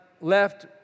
left